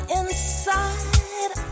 inside